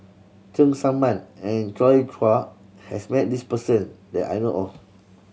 Cheng Tsang Man and Joi Chua has met this person that I know of